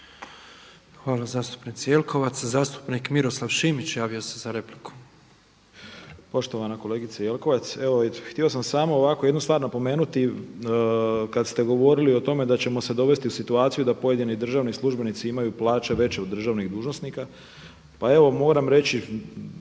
Hvala zastupnici Jelkovac. Zastupnik Miroslav Šimić javio se za repliku. **Šimić, Miroslav (MOST)** Poštovana kolegice Jelkovac, evo htio sam samo ovako jednu stvar napomenuti kad ste govorili o tome da ćemo se dovesti u situaciju da pojedini državni službenici imaju plaće veće od državnih dužnosnika. Pa evo moram reći